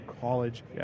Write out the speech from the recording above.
college